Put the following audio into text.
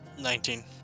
Nineteen